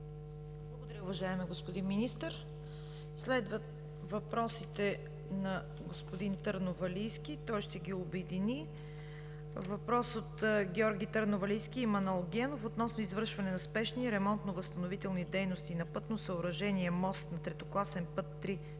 Благодаря, уважаеми господин Министър. Следват въпросите на господин Търновалийски – той ще ги обедини. Въпрос от Георги Търновалийски и Манол Генов относно извършване на спешни ремонтно-възстановителни дейности на пътно съоръжение – мост на третокласен път